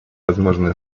возможные